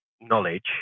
knowledge